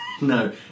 No